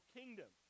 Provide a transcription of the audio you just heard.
kingdom